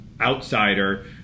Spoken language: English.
outsider